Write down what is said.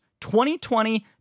2020